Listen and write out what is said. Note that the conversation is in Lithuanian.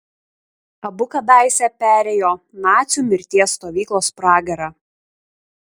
abu kadaise perėjo nacių mirties stovyklos pragarą